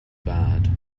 bad